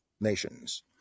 nations